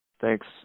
Thanks